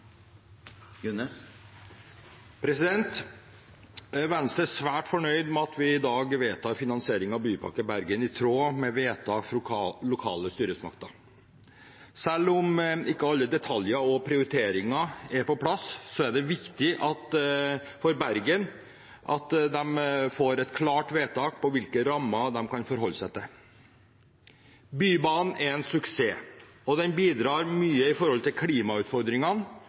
svært fornøyd med at vi i dag vedtar finansiering av Bypakke Bergen, i tråd med vedtak fra lokale styresmakter. Selv om ikke alle detaljer og prioriteringer er på plass, er det viktig for Bergen at de får et klart vedtak på hvilke rammer de kan forholde seg til. Bybanen er en suksess, og den bidrar mye når det gjelder klimautfordringer og byutvikling, hvor det forventes at Bergen skal vokse i